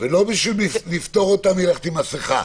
ולא כדי לפטור אותם מחבישת מסכה.